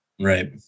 right